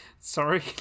Sorry